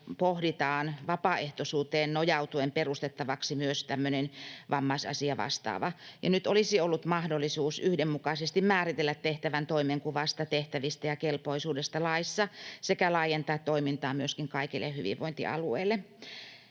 pohditaan vapaaehtoisuuteen nojautuen perustettavaksi myös tämmöinen vammaisasiavastaava. Nyt olisi ollut mahdollisuus yhdenmukaisesti määritellä tehtävän toimenkuvasta, tehtävistä ja kelpoisuudesta laissa sekä laajentaa toimintaa myöskin kaikille hyvinvointialueille.